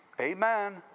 Amen